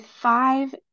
five